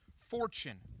fortune